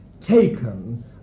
taken